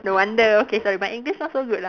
no wonder okay sorry my English not so good lah